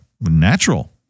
Natural